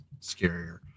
scarier